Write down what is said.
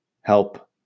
help